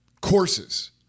courses